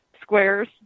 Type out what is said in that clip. squares